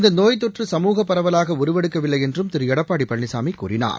இந்த நோய் தொற்று சமூக பரவலாக உருவெடுக்கவில்லை என்றும் திரு எடப்பாடி பழனிசாமி கூறினார்